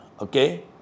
okay